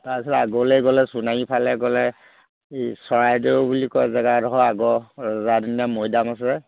তাৰপিছত আগলৈ গ'লে সোণাৰী ফালে গ'লে এই চৰাইদেউ বুলি কয় জেগা এডোখৰ আগৰ ৰজাদিনীয়া মৈদাম আছে